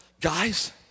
Guys